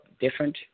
different